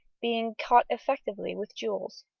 being caught effectively with jewels.